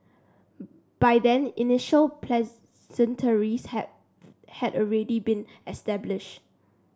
by then initial pleasantries had had already been established